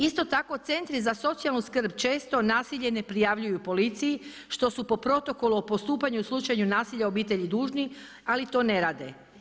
Isto tako, Centri za socijalnu skrb često nasilje ne prijavljuju policiji što su po Protokolu o postupanju u slučaju nasilja u obitelji dužni, ali to ne radi.